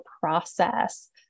process